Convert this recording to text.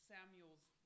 Samuel's